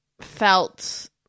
felt